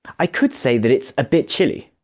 i could say that it's a bit chilly.